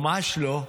ממש לא,